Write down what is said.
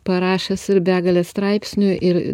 parašęs ir begalę straipsnių ir